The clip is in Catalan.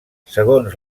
segons